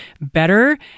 better